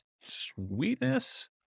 Sweetness